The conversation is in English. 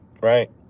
Right